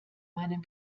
meinen